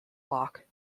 block